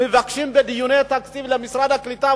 מבקשים בדיוני התקציב למשרד הקליטה,